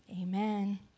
amen